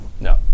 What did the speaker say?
no